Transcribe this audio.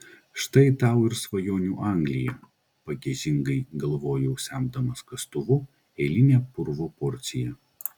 štai tau ir svajonių anglija pagiežingai galvojau semdamas kastuvu eilinę purvo porciją